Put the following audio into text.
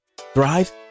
thrive